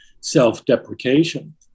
self-deprecation